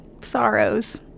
sorrows